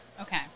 Okay